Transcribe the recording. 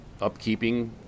upkeeping